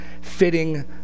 Fitting